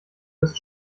wirst